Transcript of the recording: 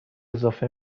اضافه